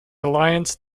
alliance